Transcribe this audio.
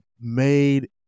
made